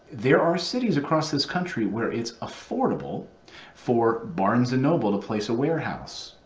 there are cities across this country where it's affordable for barnes and noble to place a warehouse,